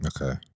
Okay